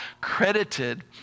credited